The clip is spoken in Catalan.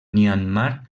myanmar